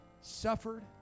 suffered